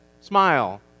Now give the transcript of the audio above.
smile